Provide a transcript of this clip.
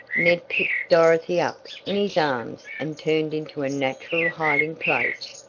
ned picked dorothy up in his arms and turned into a natural hiding place.